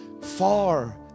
far